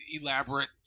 elaborate